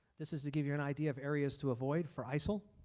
this is to give you an idea of areas to avoid for isil.